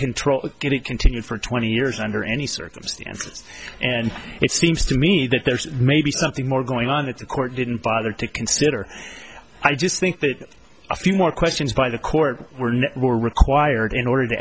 control is going to continue for twenty years under any circumstances and it seems to me that there's maybe something more going on that the court didn't bother to consider i just think that a few more questions by the court were no more required in order to